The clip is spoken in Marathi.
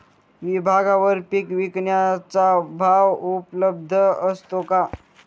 विभागवार पीक विकण्याचा भाव उपलब्ध असतो का?